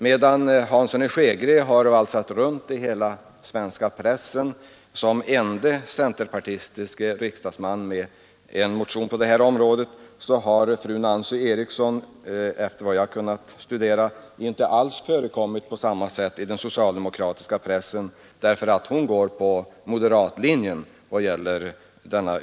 Medan herr Hansson i Skegrie har valsat runt i hela den socialdemokratiska pressen som ende centerpartistiske riksdagsman med en motion på det här området, så har fru Nancy Eriksson, efter vad jag kunnat finna, knappast nämnts i den socialdemokratiska pressen därför att hon går på moderatlinjen i denna fråga.